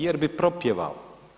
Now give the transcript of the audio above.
Jer bi propjevao.